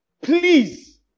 please